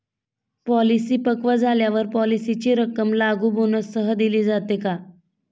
Policy पक्व झाल्यावर पॉलिसीची रक्कम लागू बोनससह दिली जाते का?